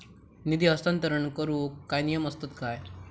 निधी हस्तांतरण करूक काय नियम असतत काय?